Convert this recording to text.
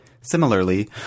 Similarly